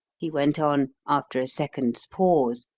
he went on, after a second's pause,